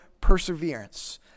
perseverance